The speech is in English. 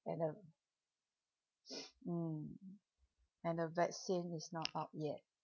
and the mm and the vaccine is not out yet